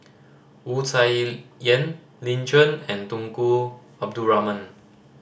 Wu Tsai Yen Lin Chen and Tunku Abdul Rahman